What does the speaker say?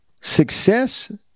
success